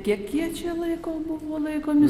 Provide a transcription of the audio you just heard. kiek jie čia laiko buvo laikomi